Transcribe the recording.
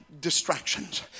distractions